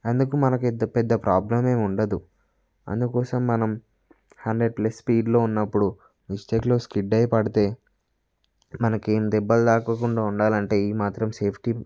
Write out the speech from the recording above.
అందుకు మనకింత పెద్ద ప్రాబ్లమే ఉండదు అందుకోసం మనం హండ్రెడ్ ప్లస్ స్పీడ్లో ఉన్నప్పుడు మిస్టేక్లో స్కిడ్ అయ్యి పడితే మనకేం దెబ్బలు తాగకుండా ఉండాలంటే ఈమాత్రం సేఫ్టీ